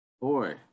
Boy